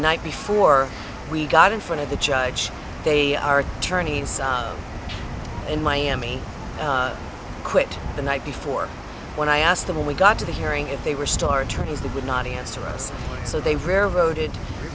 night before we got in front of the judge they are turning up in miami quit the night before when i asked them when we got to the hearing if they were star trainees they would not answer us so they rarely voted